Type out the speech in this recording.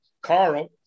Carl